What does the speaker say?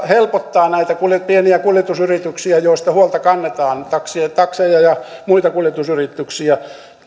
helpottaa näitä pieniä kuljetusyrityksiä joista huolta kannetaan takseja ja takseja ja muita kuljetusyrityksiä